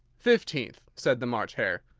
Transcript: fifteenth, said the march hare.